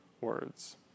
words